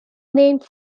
named